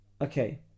okay